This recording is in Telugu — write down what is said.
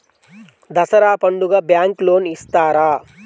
దసరా పండుగ బ్యాంకు లోన్ ఇస్తారా?